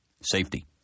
safety